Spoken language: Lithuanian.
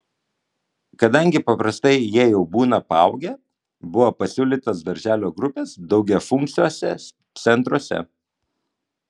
kadangi paprastai jie jau būna paaugę buvo pasiūlytos darželio grupės daugiafunkciuose centruose